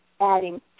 adding